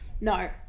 No